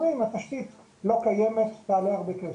כלומר, אם התשתית לא קיימת, תעלה הרבה כסף.